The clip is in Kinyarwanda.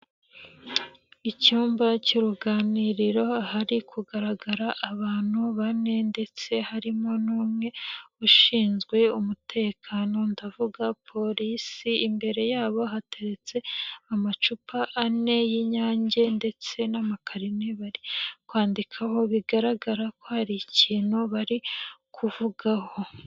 Icyumba cy'uruganiriro ahari kugaragara abantu bane ndetse harimo n'umwe ushinzwe umutekano ndavuga polisi, imbere yabo hateretse amacupa ane y'inyange ndetse n'amakarine bari kwandikaho bigaragara ko hari ikintu bari kuvugaho.